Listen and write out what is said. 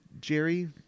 Jerry